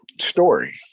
story